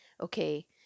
Okay